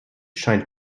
scheint